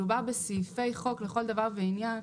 מדובר בסעיפי חוק לכל דבר ועניין,